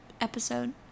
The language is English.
episode